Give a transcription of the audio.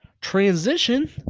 transition